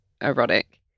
erotic